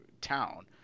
town